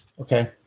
Okay